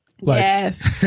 Yes